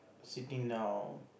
sitting down